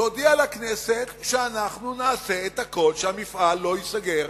תודיע לכנסת שאנחנו נעשה הכול שהמפעל לא ייסגר